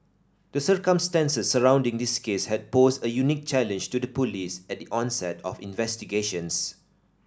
the circumstances surrounding this case had posed a unique challenge to the Police at the onset of investigations